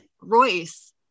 Royce